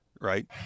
right